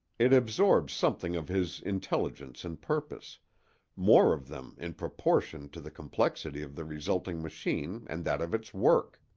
it absorbs something of his intelligence and purpose more of them in proportion to the complexity of the resulting machine and that of its work.